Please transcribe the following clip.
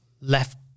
left